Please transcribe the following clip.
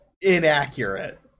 inaccurate